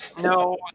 No